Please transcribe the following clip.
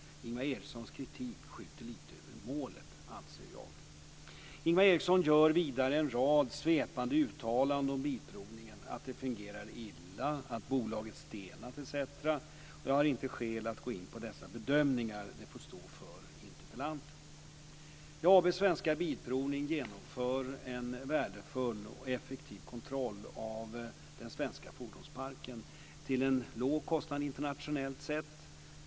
Ingvar Erikssons kritik skjuter lite över målet, anser jag. Ingvar Eriksson gör vidare en rad svepande uttalanden om Bilprovningen, att det fungerar illa, att bolaget stelnat etc. Jag har inte skäl att gå in på dessa bedömningar; de får stå för interpellanten. AB Svensk Bilprovning genomför en värdefull och effektiv kontroll av den svenska fordonsparken till en låg kostnad internationellt sett.